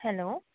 hello